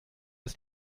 ist